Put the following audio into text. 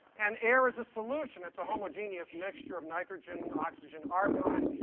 and air is a solution. it's a homogeneous mixture of nitrogen, oxygen, argon,